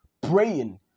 praying